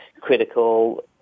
critical